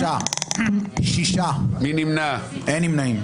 שלושה בעד, שישה נגד, אין נמנעים.